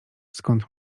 skąd